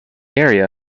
area